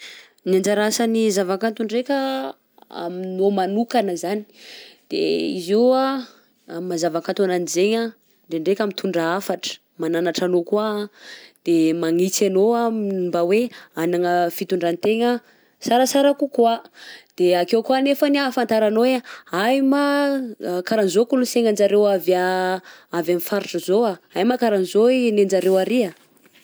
Ny anjara asan'ny zava-kanto ndraika aminao magnokana zany de izy io amin'ny maha zava-kanto agnanjy zegny a, ndrendreka mitondra hafatra, magnanatra anao kô de magnintsy, anao mba hoe hagnagna fitondran-tegna sarasara kokoa de ake koa anefa ahafataranao ay ma karahanzao kolosainan-jareo avy avy amin'ny faritra zao, ay ma karahanzao ny anjareo arÿ.